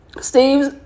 Steve's